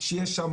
כמה נשאר